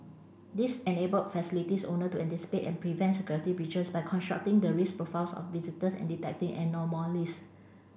this enable facilities owner to anticipate and prevent security breaches by constructing the risk profiles of visitors and detecting anomalies